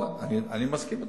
אני מסכים אתך.